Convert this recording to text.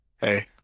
hey